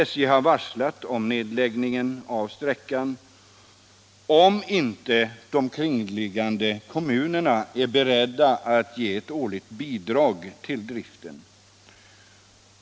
SJ hade varslat om nedläggning av trafiken på sträckan, om inte kringliggande kommuner var beredda att ge ett årligt bidrag till driften.